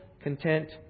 content